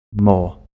more